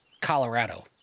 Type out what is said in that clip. Colorado